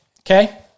okay